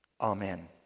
Amen